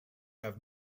have